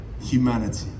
humanity